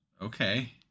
Okay